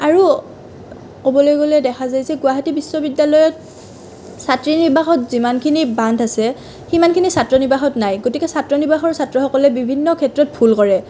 আৰু ক'বলৈ গ'লে দেখা যায় যে গুৱাহাটী বিশ্ববিদ্যালয়ত ছাত্ৰী নিবাসত যিমানখিনি বান্ধ আছে সিমানখিনি ছাত্ৰ নিবাসত নাই গতিকে ছাত্ৰ নিবাসৰ ছাত্ৰসকলে বিভিন্ন ক্ষেত্ৰত ভুল কৰে